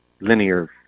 linear